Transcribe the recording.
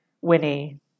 Winnie